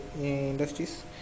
industries